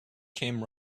came